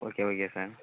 okay okay sir